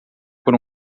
por